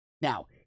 Now